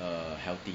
err healthy